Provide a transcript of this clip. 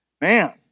man